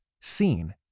seen